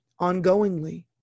ongoingly